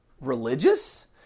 Religious